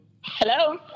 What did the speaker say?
Hello